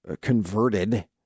converted